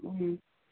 ꯎꯝ